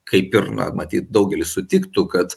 kaip ir na matyt daugelis sutiktų kad